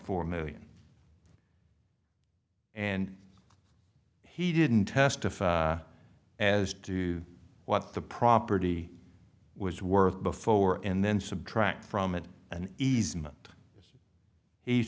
four million and he didn't testify as to what the property was worth before and then subtract from it an eas